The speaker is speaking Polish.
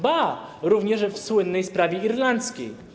Ba, również w słynnej sprawie irlandzkiej.